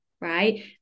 right